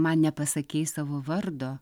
man nepasakei savo vardo